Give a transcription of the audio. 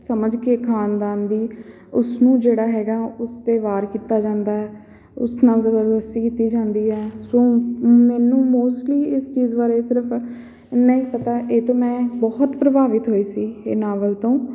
ਸਮਝ ਕੇ ਖਾਨਦਾਨ ਦੀ ਉਸ ਨੂੰ ਜਿਹੜਾ ਹੈਗਾ ਉਸ 'ਤੇ ਵਾਰ ਕੀਤਾ ਜਾਂਦਾ ਹੈ ਉਸ ਨਾਲ ਜਬਰਦਸਤੀ ਕੀਤੀ ਜਾਂਦੀ ਹੈ ਸੋ ਮੈਨੂੰ ਮੋਸਟਲੀ ਇਸ ਚੀਜ਼ ਬਾਰੇ ਸਿਰਫ ਇੰਨਾ ਹੀ ਪਤਾ ਇਹ ਤੋਂ ਮੈਂ ਬਹੁਤ ਪ੍ਰਭਾਵਿਤ ਹੋਈ ਸੀ ਇਹ ਨਾਵਲ ਤੋਂ